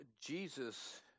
Jesus